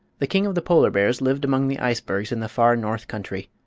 the king of the polar bears lived among the icebergs in the far north country.